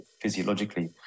physiologically